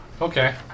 Okay